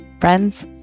Friends